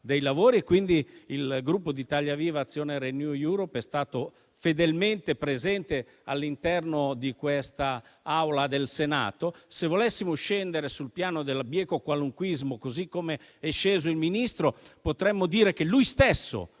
Il Gruppo di Azione-ItaliaViva-RenewEuropeinfatti è stato fedelmente presente all'interno dell'Aula del Senato. Se volessimo scendere sul piano del bieco qualunquismo, così come ha fatto il Ministro, potremmo dire che lui stesso